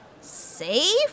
Safe